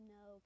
no